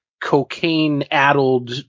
cocaine-addled